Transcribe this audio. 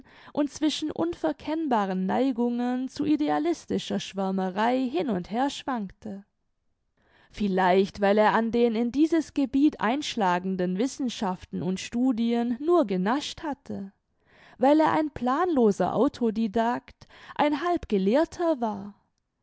und zwischen unverkennbaren neigungen zu idealistischer schwärmerei hin und her schwankte vielleicht weil er an den in dieses gebiet einschlagenden wissenschaften und studien nur genascht hatte weil er ein planloser autodidact ein halbgelehrter war